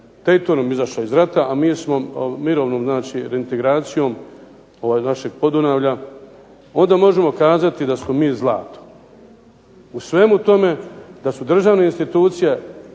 Daytonom izašla iz rata, a mi smo mirovnom znači reintegracijom ovog našeg Podunavlja, onda možemo kazati da smo mi zlato. U svemu tome da su državne institucije